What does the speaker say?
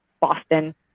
Boston